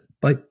Bye